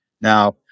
now